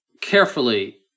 carefully